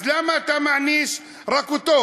אז למה אתה מעניש רק אותו?